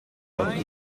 occhi